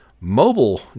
mobile